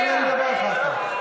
תעלה לדבר אחר כך.